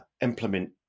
implement